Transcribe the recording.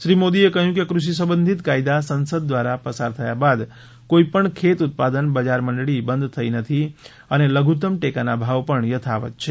શ્રી મોદીએ કહ્યું કે કૃષિ સંબંધિત કાયદા સંસદ દ્વારા પસાર થયા બાદ કોઈપણ ખેત ઉત્પાદન બજાર મંડળી બંધ નથી થઈ અને લધુતમ ટેકાના ભાવ પણ યથાવત છે